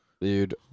Dude